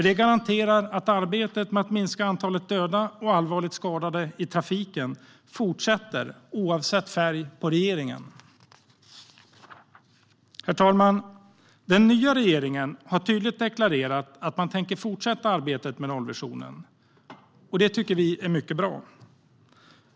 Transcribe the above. Det garanterar att arbetet med att minska antalet dödade och allvarligt skadade i trafiken fortsätter, oavsett färg på regeringen. Herr talman! Den nya regeringen har tydligt deklarerat att man tänker fortsätta arbetet med nollvisionen, och det tycker vi är mycket bra.